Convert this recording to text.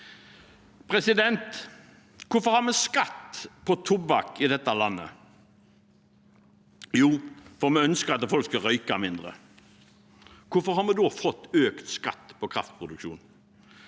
i Norge. Hvorfor har vi skatt på tobakk i dette landet? Jo, fordi vi ønsker at folk skal røyke mindre. Hvorfor har vi da fått økt skatt på kraftproduksjon?